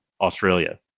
Australia